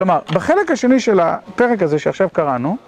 כלומר, בחלק השני של הפרק הזה שעכשיו קראנו,